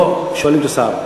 לא שואלים את השר.